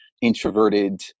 introverted